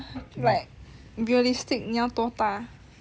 like realistic 你要多大